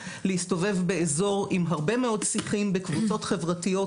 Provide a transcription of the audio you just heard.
להסתובב באזור עם הרבה מאוד שיחים בקבוצות חברתיות